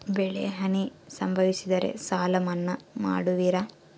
ಬೆಳೆಹಾನಿ ಸಂಭವಿಸಿದರೆ ಸಾಲ ಮನ್ನಾ ಮಾಡುವಿರ?